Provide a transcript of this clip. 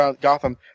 Gotham